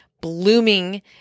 blooming